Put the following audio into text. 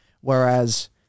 Whereas-